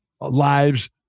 lives